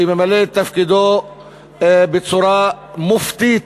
שממלא את תפקידו בצורה מופתית,